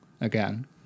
again